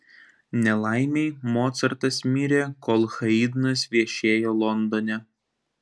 nelaimei mocartas mirė kol haidnas viešėjo londone